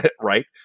right